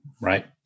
Right